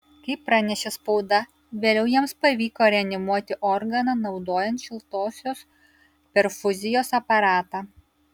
kaip pranešė spauda vėliau jiems pavyko reanimuoti organą naudojant šiltosios perfuzijos aparatą